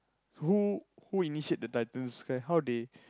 who who initiate the Titans guy how they